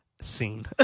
scene